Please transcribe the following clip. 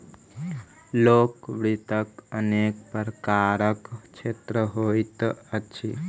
लोक वित्तक अनेक प्रकारक क्षेत्र होइत अछि